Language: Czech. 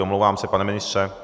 Omlouvám se pane ministře?